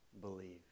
believe